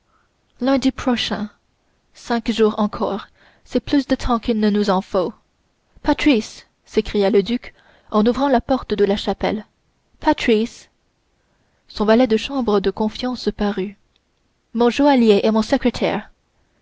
prochain cinq jours encore c'est plus de temps qu'il ne nous en faut patrice s'écria le duc en ouvrant la porte de la chapelle patrice son valet de chambre de confiance parut mon joaillier et mon secrétaire